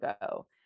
go